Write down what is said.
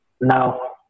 now